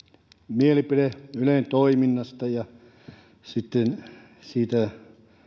mielipide ylen toiminnasta ja siitä